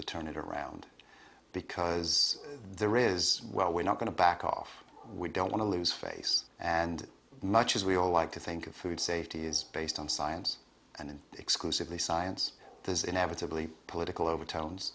to turn it around because there is well we're not going to back off we don't want to lose face and much as we all like to think of food safety is based on science and in exclusively science there's inevitably political overtones